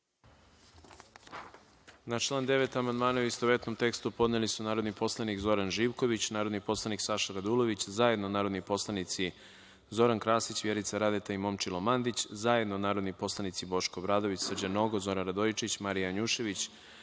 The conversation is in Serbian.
Na član 9. amandmane u istovetnom tekstu podneli su narodni poslanik Zoran Živković, narodni poslanik Saša Radulović, zajedno narodni poslanici Zoran Krasić, Vjerica Radeta i Momčilo Mandić, zajedno narodni poslanici Boško Obradović, Srđan Nogo, Zoran Radojičić, Marija Janjušević,